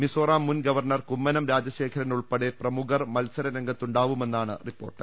മിസോറാം മുൻഗവർണ്ണർ കുമ്മനം രാജശേഖരനുൾപ്പെടെ പ്രമുഖർ മത്സ രരംഗത്തുണ്ടാവുമെന്നാണ് റിപ്പോർട്ട്